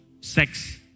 sex